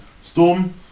Storm